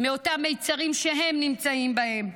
מאותם מיצרים שהם נמצאים בהם,